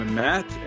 matt